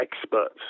experts